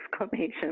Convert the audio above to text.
exclamation